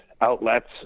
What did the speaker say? outlets